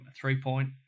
three-point